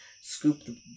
Scoop